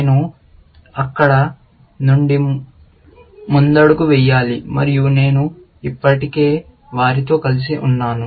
నేను అక్కడ నుండి ముందడుగు వేయాలి మరియు నేను ఇప్పటికే వారితో కలిసి ఉన్నాను